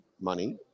money